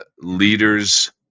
leaders